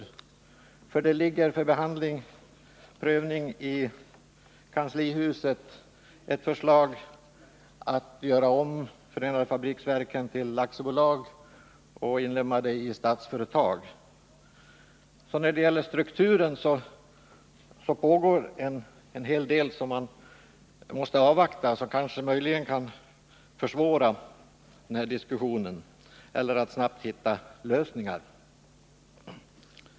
I kanslihuset ligger för prövning ett förslag om att göra förenade fabriksverken tillaktiebolag och inlemma det i Statsföretag. När det gäller strukturen pågår det alltså en hel del arbete som måste avvaktas, något som möjligen kan försvåra diskussionen om att snabbt hitta lösningar.